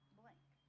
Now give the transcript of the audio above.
blank